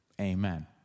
Amen